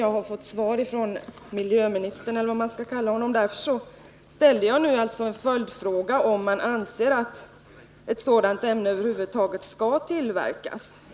Jag har fått svar från miljöministern eller vad man skall kalla honom, och därför ställde jag en följdfråga: om statsrådet anser att bensylklorid över huvud taget skall tillverkas.